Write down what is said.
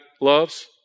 loves